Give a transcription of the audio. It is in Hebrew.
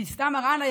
אבתיסאם מראענה,